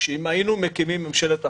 שאם היינו מקימים ממשלת אחדות,